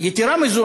יתרה מזו,